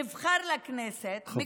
נבחר לכנסת,